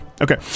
Okay